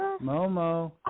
Momo